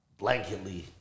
blanketly